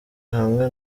hamwe